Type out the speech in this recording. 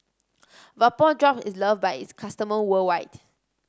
Vapodrops is loved by its customer worldwide